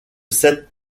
sept